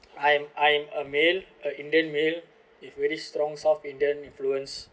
I am I am a male a indian male with really strong south indian influence